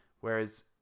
Whereas